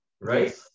right